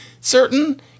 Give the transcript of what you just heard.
certain